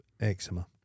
Eczema